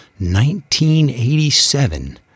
1987